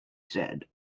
said